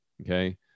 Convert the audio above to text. Okay